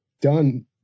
done